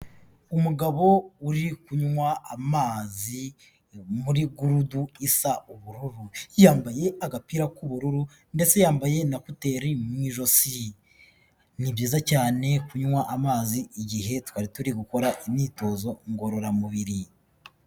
Umugabo uri kunywa amazi muri gurudu isa ubururu. Yambaye agapira k'ubururu ndetse yambaye na kuteri mu ijosi. Ni byiza cyane kunywa amazi igihe twari turi gukora imyitozo ngororamubiri.